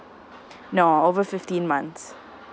no over fifteen months